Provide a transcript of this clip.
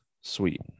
Sweet